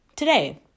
today